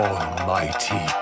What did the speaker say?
Almighty